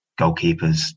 Goalkeepers